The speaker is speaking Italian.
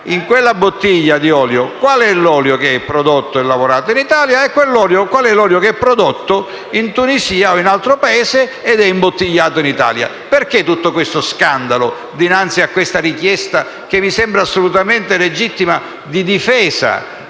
sulla bottiglia, qual è l'olio prodotto e lavorato in Italia e qual è l'olio prodotto in Tunisia, o in altro Paese, e imbottigliato in Italia. Perché tutto questo scandalo dinanzi a questa richiesta, che mi sembra assolutamente legittima, di difesa